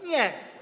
Nie.